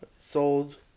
sold